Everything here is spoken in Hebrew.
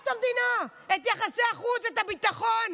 הרס את המדינה, את יחסי החוץ, את הביטחון.